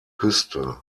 küste